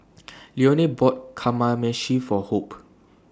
Leone bought Kamameshi For Hope